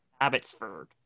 abbotsford